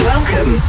Welcome